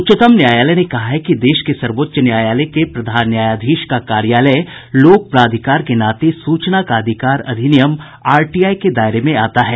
उच्चतम न्यायालय ने कहा है कि देश के सर्वोच्च न्यायालय के प्रधान न्यायाधीश का कार्यालय लोक प्राधिकार के नाते सूचना का अधिकार अधिनियम आरटीआई के दायरे में आता है